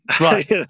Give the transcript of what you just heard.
Right